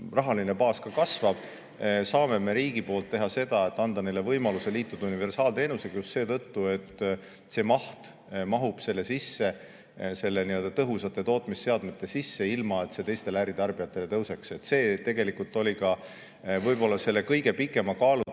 rahaline baas kasvab, saame me riigi poolt teha seda, et anname neile võimaluse liituda universaalteenusega just seetõttu, et see maht mahub nii‑öelda tõhusate tootmisseadmete sisse, ilma et see teistel äritarbijatel tõuseks. See tegelikult oli ka võib-olla selle kõige pikema kaalutluse